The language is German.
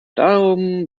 darum